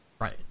Right